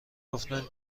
گفتن